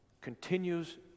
continues